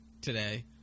today